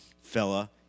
fella